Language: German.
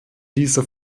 diese